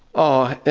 oh